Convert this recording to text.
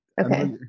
Okay